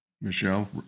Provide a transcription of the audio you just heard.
michelle